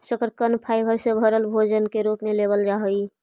शकरकन फाइबर से भरल भोजन के रूप में लेबल जा हई